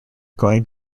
going